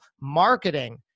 marketing